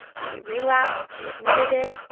when he relapsed, he admitted it.